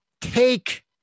Take